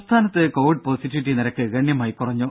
ദേദ സംസ്ഥാനത്ത് covid positivity നിരക്ക് ഗണ്യമായി കുറഞ്ഞു